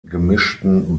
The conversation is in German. gemischten